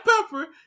pepper